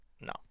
No